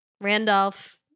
Randolph